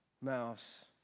mouse